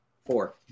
Four